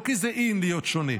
לא כי זה "אִין" להיות שונה,